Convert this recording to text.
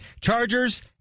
Chargers